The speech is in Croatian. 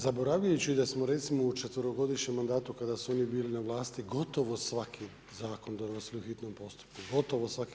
Zaboravljajući da smo recimo u četverogodišnjem mandatu kada su oni bili na vlasti gotovo svaki zakon donosili u hitnom postupku, gotovo svaki.